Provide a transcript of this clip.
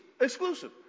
Exclusive